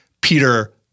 Peter